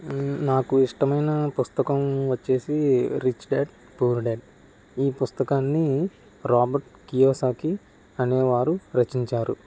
నాకు ఇష్టమైన పుస్తకం వచ్చేసి రిచ్ డాడ్ పూర్ డాడ్ ఈ పుస్తకాన్ని రాబర్ట్ కియోసాకి అనే వారు రచించారు